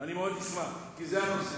אני מאוד אשמח, כי זה הנושא.